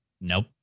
Nope